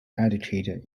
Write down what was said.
educated